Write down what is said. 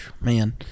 Man